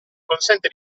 consente